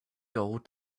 gold